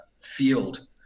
field